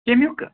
کَمیُک